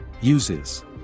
Uses